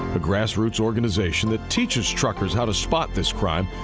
the grassroots organization that teaches truckers how to spot this crime,